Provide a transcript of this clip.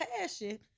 passion